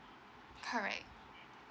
correct